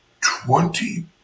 twenty